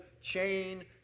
chain